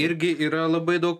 irgi yra labai daug